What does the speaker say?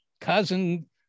cousin